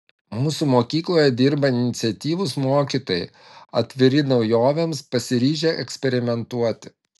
mūsų mokykloje dirba iniciatyvūs mokytojai atviri naujovėms pasiryžę eksperimentuoti